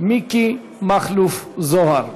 מיקי מכלוף זוהר.